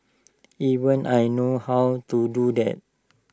even I know how to do that